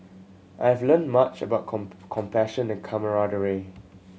I've learned much about compassion and camaraderie